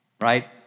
right